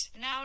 Now